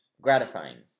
gratifying